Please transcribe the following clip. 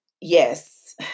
yes